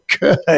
good